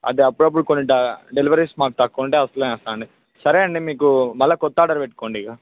అది అప్పుడప్పుడు కొన్ని డ డెలివరీస్ మాకు తక్కువ ఉంటాయి అసలే వస్తామండీ సరే అండి మీకు మళ్ళా కొత్త ఆర్డర్ పెట్టుకోండి ఇక